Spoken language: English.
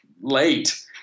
late